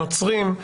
נוצרים.